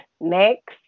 next